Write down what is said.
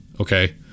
Okay